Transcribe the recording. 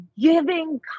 giving